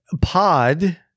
pod